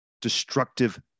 destructive